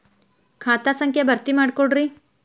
ಖಾತಾ ಸಂಖ್ಯಾ ಭರ್ತಿ ಮಾಡಿಕೊಡ್ರಿ